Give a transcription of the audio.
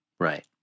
Right